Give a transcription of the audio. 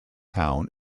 town